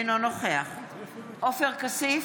אינו נוכח עופר כסיף,